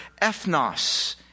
ethnos